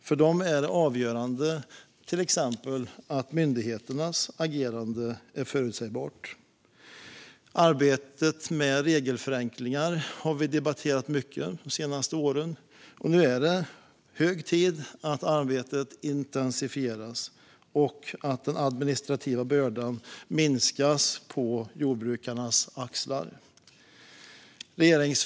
För dem är det avgörande till exempel att myndigheternas agerande är förutsägbart. Arbetet med regelförenklingar har vi debatterat mycket de senaste åren, och nu är det hög tid att arbetet intensifieras och att den administrativa bördan på jordbrukarnas axlar minskas.